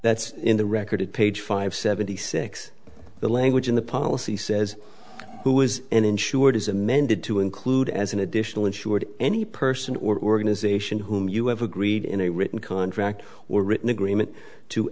that's in the record at page five seventy six the language in the policy says who is and insured is amended to include as an additional insured any person or organization whom you have agreed in a written contract or written agreement to